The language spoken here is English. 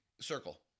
circle